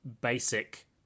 basic